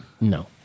No